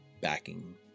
backing